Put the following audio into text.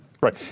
Right